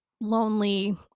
lonely